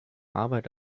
arbeit